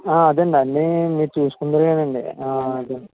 అదే అండి అన్ని మీరు చూసుకొందురు గానీ అదే అండి